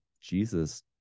Jesus